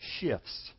shifts